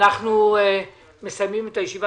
אנחנו מסיימים את הישיבה,